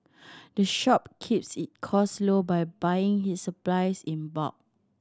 the shop keeps it cost low by buying its supplies in bulk